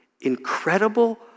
incredible